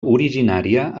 originària